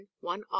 one